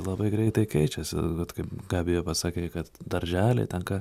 labai greitai keičiasi bet kaip gabija pasakei kad darželiai ten ką